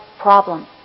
problem